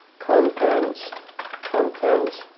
content content.